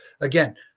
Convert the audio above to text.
again